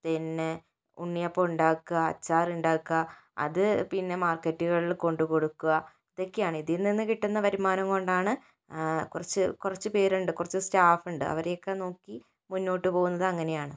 പിന്നെ ഉണ്ണിയപ്പം ഉണ്ടാക്കുക അച്ചാറുണ്ടാക്കുക അത് പിന്നെ മാർക്കറ്റുകളിൽ കൊണ്ട് കൊടുക്കുക അതൊക്കെയാണ് ഇതിൽനിന്നു കിട്ടുന്ന വരുമാനം കൊണ്ടാണ് കുറച്ച് കുറച്ച് പേരുണ്ട് കുറച്ച് സ്റ്റാഫുണ്ട് അവരെയൊക്കെ നോക്കി മുന്നോട്ട് പോകുന്നത് അങ്ങനെയാണ്